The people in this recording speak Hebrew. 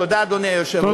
תודה, אדוני היושב-ראש.